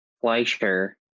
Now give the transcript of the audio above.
Fleischer